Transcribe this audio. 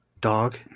dog